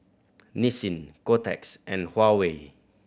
Nissin Kotex and Huawei